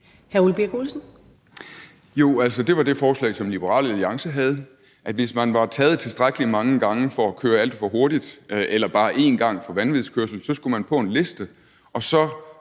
Ole Birk Olesen (LA): Altså, det var det forslag, som Liberal Alliance havde, nemlig at hvis man var taget tilstrækkelig mange gange for at køre alt for hurtigt – eller bare én gang for vanvidskørsel – så skulle man på en liste, og så